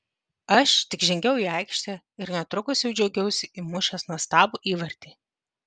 aš tik žengiau į aikštę ir netrukus jau džiaugiausi įmušęs nuostabų įvartį